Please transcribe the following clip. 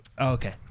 Okay